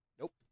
Nope